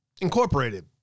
incorporated